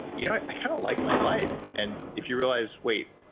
you know i kind of like my life. and if you realize, wait,